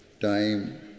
time